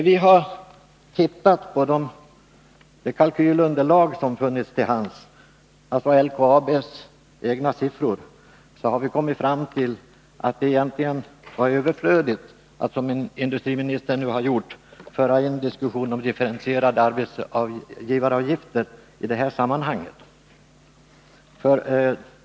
65 När vi har studerat det kalkylunderlag som har funnits till hands, alltså LKAB:s egna siffror, har vi kommit fram till att det egentligen var överflödigt att — som industriministern nu har gjort — i detta sammanhang föra in en diskussion om differentierade arbetsgivaravgifter.